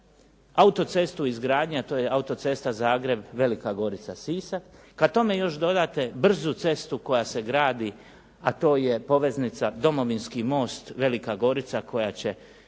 autoceste u izgradnji, a to je autocesta Zagreb-Velika Gorica-Sisak, kada tome još dodate brzu cestu koja se gradi, a to je poveznica Domovinski most-Velika Gorica koja će